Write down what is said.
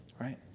right